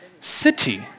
city